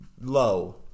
low